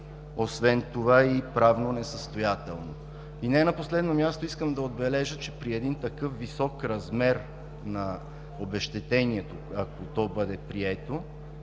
освен това и правно несъстоятелно. Не на последно място, искам да отбележа, че при един такъв висок размер на обезщетението, ако то бъде прието